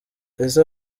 ese